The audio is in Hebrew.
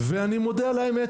אני מודה על האמת,